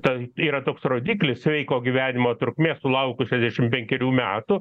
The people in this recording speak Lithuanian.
tai yra toks rodiklis sveiko gyvenimo trukmė sulaukus šešiasdešim penkerių metų